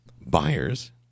buyers